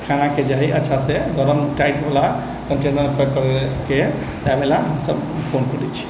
खानाके जे हइ अच्छासँ गरम टाइट बला कन्टेनर मे पैक करबाइके खाइ बला हम सभ गप करै छी